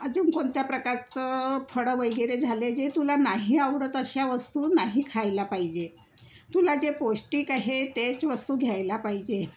अजून कोणत्या प्रकारचं फळं वैगेरे झाले जे तुला नाही आवडत अशा वस्तू नाही खायला पाहिजे तुला जे पौष्टिक आहे तेच वस्तू घ्यायला पाहिजे